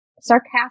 sarcastic